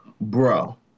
Bro